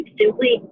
simply